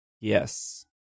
yes